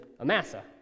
Amasa